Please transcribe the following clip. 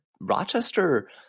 Rochester